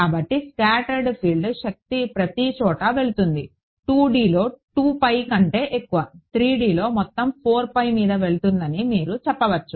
కాబట్టి scattered field శక్తి ప్రతిచోటా వెళుతుంది 2 D లో 2 pi కంటే ఎక్కువ 3D లో మొత్తం మీద వెళుతుందని మీరు చెప్పవచ్చు